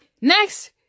Next